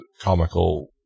comical